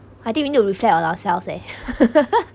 I think we need to reflect on ourselves eh